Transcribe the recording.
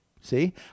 See